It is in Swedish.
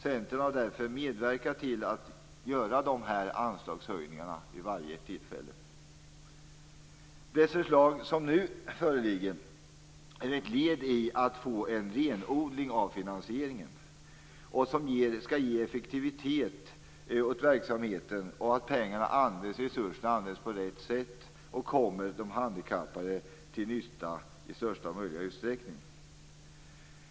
Centern har därför medverkat till att göra de här anslagshöjningarna vid varje tillfälle. Det förslag som nu föreligger är ett led i att få en renodling av finansieringen som skall ge effektivitet åt verksamheten så att resurserna används på rätt sätt och kommer de handikappade till nytta i största möjliga utsträckning.